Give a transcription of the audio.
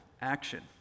action